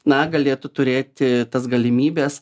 na galėtų turėti tas galimybes